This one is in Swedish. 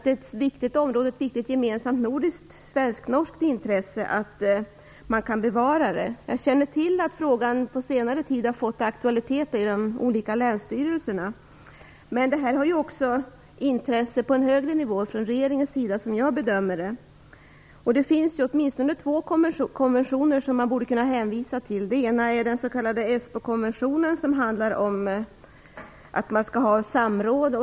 Det är ett viktigt gemensamt nordiskt, svenskt-norskt intresse att man kan bevara området. Jag känner till att frågan på senare tid har fått aktualitet genom de olika länsstyrelserna. Men detta har också intresse på en högre nivå, från regeringens sida, som jag bedömer det. Det finns åtminstone två konventioner som man borde kunna hänvisa till. Den ena är den s.k. Esbokonventionen, som handlar om att man skall ha samråd.